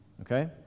Okay